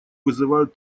вызывают